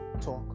talk